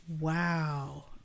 Wow